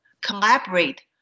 collaborate